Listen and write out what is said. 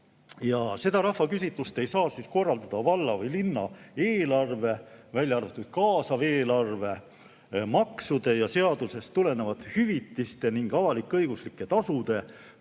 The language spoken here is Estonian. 35 000. "Rahvaküsitlust ei saa korraldada valla või linna eelarve, välja arvatud kaasav eelarve, maksude ja seadusest tulenevate hüvitiste ning avalik-õiguslike tasude,